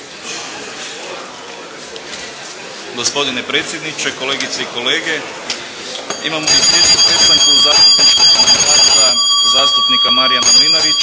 Gospodine predsjedniče, kolegice i kolege! Imam Izvješće o prestanku zastupničkog mandata zastupnika Marijana Mlinarića